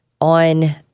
on